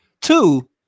Two